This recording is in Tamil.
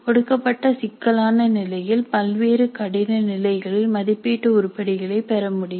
கொடுக்கப்பட்ட சிக்கலான நிலையில் பல்வேறு கடின நிலைகளில் மதிப்பீடு உருப்படிகளை பெற முடியும்